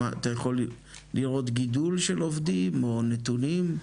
אתה יכול לראות גידול של עובדים או נתונים,